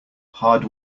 hard